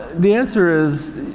the answer is,